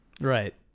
Right